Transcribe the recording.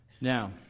Now